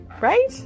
Right